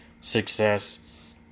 success